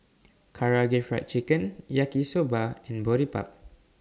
Karaage Fried Chicken Yaki Soba and Boribap